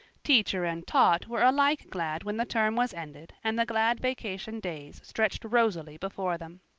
teacher and taught were alike glad when the term was ended and the glad vacation days stretched rosily before them.